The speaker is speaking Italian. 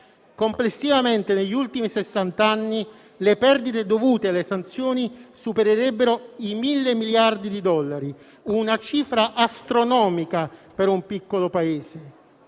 Complessivamente, negli ultimi sessant'anni le perdite dovute alle sanzioni supererebbero i 1.000 miliardi di dollari, una cifra astronomica per un piccolo Paese.